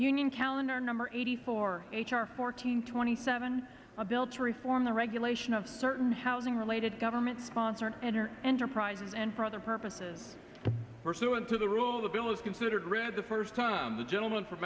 union calendar number eighty four h r fourteen twenty seven a bill to reform the regulation of certain housing related government sponsored and your enterprises and for other purposes pursuant to the rules of the bill is considered read the first time the gentleman from